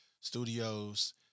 studios